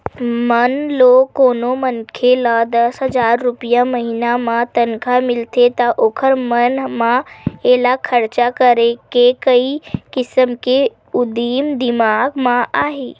मान लो कोनो मनखे ल दस हजार रूपिया महिना म तनखा मिलथे त ओखर मन म एला खरचा करे के कइ किसम के उदिम दिमाक म आही